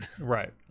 right